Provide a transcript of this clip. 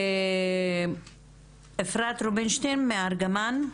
אפרת רובינשטיין מארגמן.